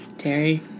Terry